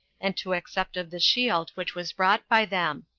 and to accept of the shield which was brought by them.